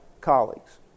colleagues